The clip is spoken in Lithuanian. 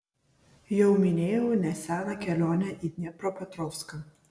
jau minėjau neseną kelionę į dniepropetrovską